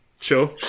Sure